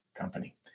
company